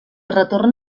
retorn